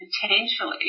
potentially